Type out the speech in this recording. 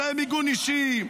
אמצעי מיגון אישיים,